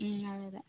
അ അതെ